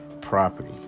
property